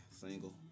Single